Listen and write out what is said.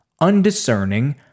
undiscerning